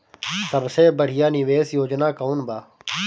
सबसे बढ़िया निवेश योजना कौन बा?